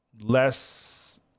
less